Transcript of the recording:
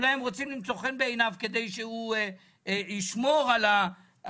אולי הם רוצים למצוא חן בעיניו כדי שהוא ישמור על הקיים?